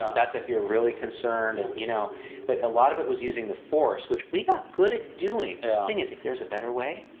that's if you're really concerned. and you know but a lot of it was using the force, which we got good at doing. the thing is, if there's a better way,